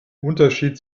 unterschied